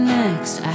next